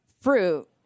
fruit